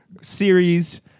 Series